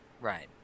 Right